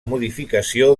modificació